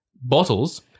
Bottles